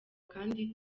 kandi